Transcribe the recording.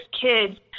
kids